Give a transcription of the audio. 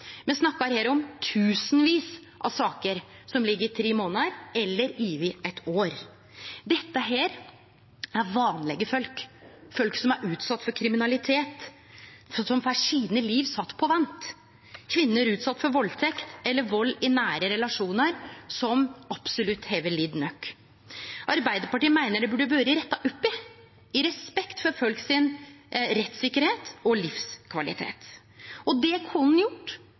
Me snakkar her om tusenvis av saker som ligg i tre månader eller over eit år. Dette er vanlege folk, folk som er utsette for kriminalitet, som får livet sitt sett på vent, det er kvinner utsette for valdtekt eller vald i nære relasjonar som absolutt har lidd nok. Arbeidarpartiet meiner dette burde ha vore retta opp i, i respekt for rettstryggleiken og livskvaliteten til folk. Det kunne ein gjort